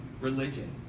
religion